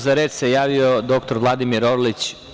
Za reč se javio dr Vladimir Orlić.